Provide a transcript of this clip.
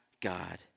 God